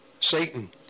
Satan